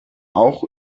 auch